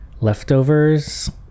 Leftovers